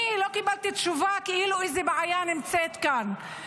אני לא קיבלתי תשובה כאילו איזו בעיה נמצאת כאן.